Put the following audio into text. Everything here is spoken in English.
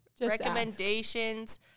recommendations